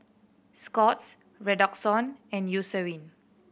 Scott's Redoxon and Eucerin